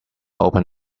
open